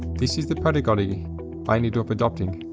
this is the pedagogy i ended up adopting,